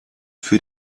für